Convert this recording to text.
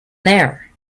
there